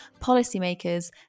policymakers